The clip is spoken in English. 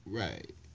right